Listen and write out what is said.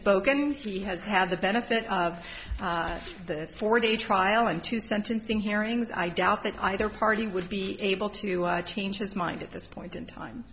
spoken he has had the benefit of the four day trial and two sentencing hearings i doubt that either party would be able to change his mind at this point in time